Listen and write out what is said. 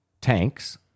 tanks